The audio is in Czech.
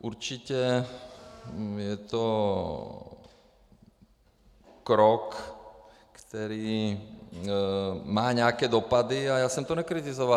Určitě je to krok, který má nějaké dopady, a já jsem to nekritizoval.